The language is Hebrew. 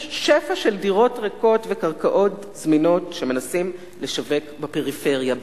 יש שפע של דירות ריקות וקרקעות זמינות שמנסים לשווק בפריפריה.